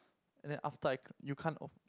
and then after I you can't off